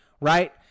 right